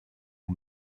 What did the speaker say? aux